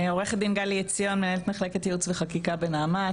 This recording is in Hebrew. אני מנהלת מחלקת ייעוץ וחקיקה בנעמת.